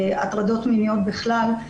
הטרדות מיניות בכלל,